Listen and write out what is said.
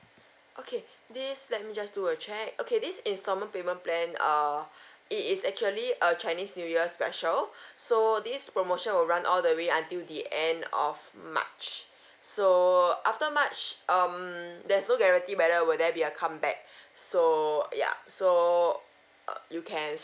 okay this let me just do a check okay this installment payment plan err it is actually a chinese new year special so this promotion will run all the way until the end of march so after march um there's no guarantee whether will there be a come back so ya so uh you can